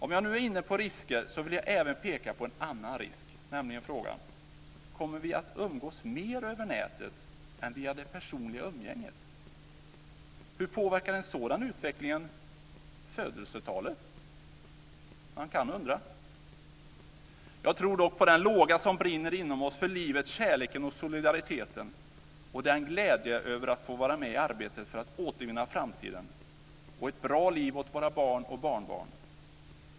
När jag nu är inne på risker vill jag även peka på en annan risk, nämligen: Kommer vi att umgås mer över nätet än via det personliga umgänget? Hur påverkar en sådan utveckling födelsetalet? Man kan undra. Jag tror dock på den låga som brinner inom oss för livet, kärleken och solidariteten och den glädje vi känner över att få vara med i arbetet för att återvinna framtiden och ge ett bra liv åt våra barn och barnbarn.